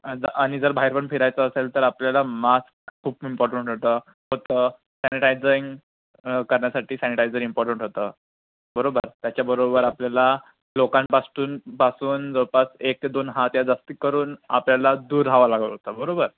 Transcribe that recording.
आणि जर बाहेर पण फिरायचं असेल तर आपल्याला मास्क खूप इम्पॉर्टंट होटा होता सॅनिटायझिंग करण्यासाठी सॅनिटायझर इम्पॉर्टंट होतं बरोबर त्याच्याबरोबर आपल्याला लोकांपास्तून पासून जवळपास एक ते दोन हात या जास्त करून आपल्याला दूर राहावं लागत होतं बरोबर